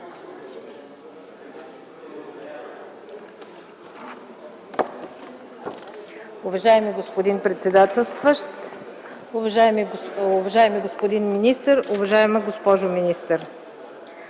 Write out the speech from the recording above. Уважаеми господин председател, уважаеми господин министър, уважаема госпожо министър!